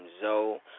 Zoe